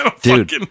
Dude